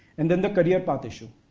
and then, the career path issue.